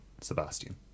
Sebastian